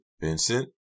Vincent